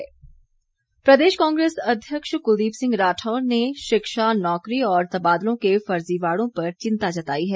कलदीप राठौर प्रदेश कांग्रेस अध्यक्ष कुलदीप सिंह राठौर ने शिक्षा नौकरी और तबादलों के फर्जीवाड़ों पर चिंता जताई है